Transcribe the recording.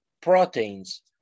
proteins